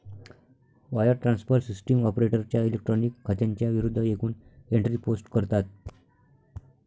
wire transfer system ऑपरेटरच्या electronic खात्यांच्या विरूद्ध एकूण एंट्री पोस्ट करतात